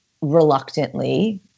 reluctantly